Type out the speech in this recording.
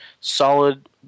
solid